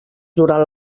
durant